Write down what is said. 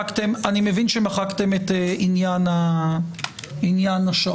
מבין שמחקתם את עניין השעות.